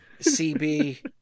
CB